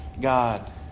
God